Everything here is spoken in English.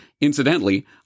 incidentally